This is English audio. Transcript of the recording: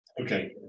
Okay